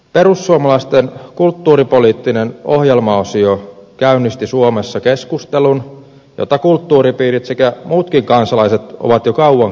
perussuomalaisten kulttuuripoliittinen ohjelmaosio käynnisti suomessa keskustelun jota kulttuuripiirit sekä muutkin kansalaiset ovat jo kauan kaivanneet